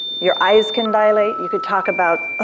your eyes can dilate, you could talk about,